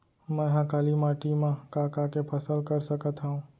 मै ह काली माटी मा का का के फसल कर सकत हव?